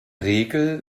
regel